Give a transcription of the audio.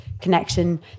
connection